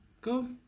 Go